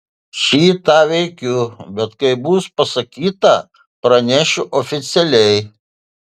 šį tą veikiu bet kai bus pasakyta pranešiu oficialiai